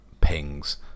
Pings